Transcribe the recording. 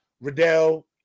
Riddell